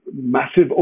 massive